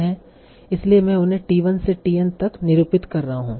इसलिए मैं उन्हें t1 से tn तक निरूपित कर रहा हूं